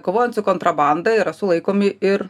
kovojant su kontrabanda yra sulaikomi ir